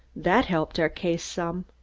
that helped our case some.